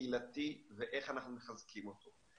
קהילתי ואיך אנחנו מחזקים אותו.